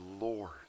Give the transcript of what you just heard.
Lord